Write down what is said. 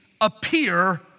appear